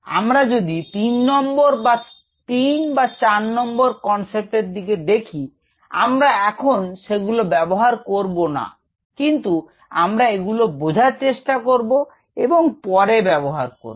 আমরা যদি তিন নম্বর বা তিন বা চার নম্বর কনসেপ্টের দিকে দেখি আমরা এখন সেগুলো ব্যবহার করব না কিন্তু আমরা এগুলো বোঝার চেষ্টা করব এবং পরে ব্যবহার করব